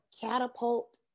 catapult